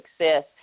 success